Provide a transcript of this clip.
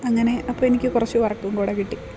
അങ്ങനെ അപ്പം എനിക്ക് കുറച്ച് വർക്കുംകൂടെ കിട്ടി